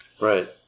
Right